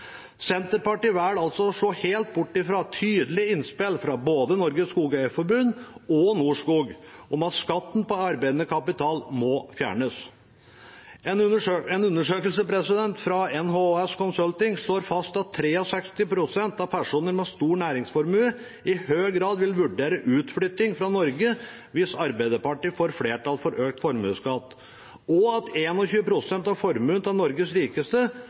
Senterpartiet velger altså å se helt bort fra tydelige innspill fra både Norges Skogeierforbund og Norskog om at skatten på arbeidende kapital må fjernes. En undersøkelse fra NHHS Consulting slår fast at 63 pst. av personer med stor næringsformue i høy grad vil vurdere utflytting fra Norge hvis Arbeiderpartiet får flertall for økt formuesskatt, og at 21 pst. av formuene til Norges rikeste